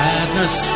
Sadness